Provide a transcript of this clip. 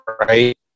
right